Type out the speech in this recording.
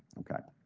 okay.